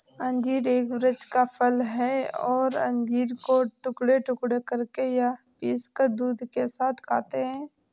अंजीर एक वृक्ष का फल है और अंजीर को टुकड़े टुकड़े करके या पीसकर दूध के साथ खाते हैं